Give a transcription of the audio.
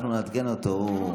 אנחנו נעדכן אותו.